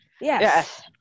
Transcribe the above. Yes